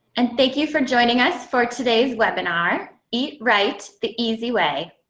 and thank you for joining us for today's webinar, eat right the easy way.